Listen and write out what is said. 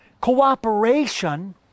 cooperation